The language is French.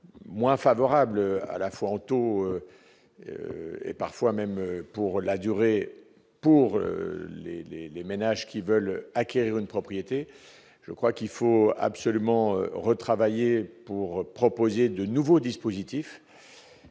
moins favorables, à la fois en taux et en durée, pour les ménages qui veulent acquérir une propriété. Il faut absolument retravailler pour proposer de nouveaux dispositifs